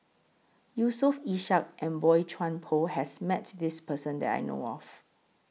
Yusof Ishak and Boey Chuan Poh has Met This Person that I know of